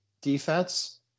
defense